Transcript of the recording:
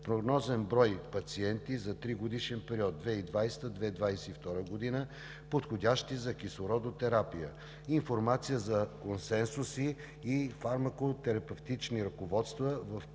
прогнозен брой пациенти за 3-годишен период 2020 – 2022 г., подходящи за кислородотерапия; информация за консенсусни и фармакотерапевтични ръководства, в които